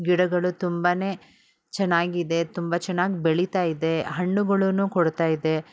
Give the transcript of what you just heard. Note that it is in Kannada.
ಗಿಡಗಳು ತುಂಬ ಚೆನ್ನಾಗಿದೆ ತುಂಬ ಚೆನ್ನಾಗ್ ಬೆಳಿತಾಯಿದೆ ಹಣ್ಣುಗಳು ಕೊಡುತ್ತಾಯಿದೆ